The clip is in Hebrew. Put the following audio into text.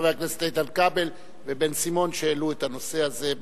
לחברי הכנסת איתן כבל ובן-סימון שהעלו את הנושא הזה.